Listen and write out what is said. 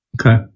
Okay